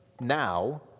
now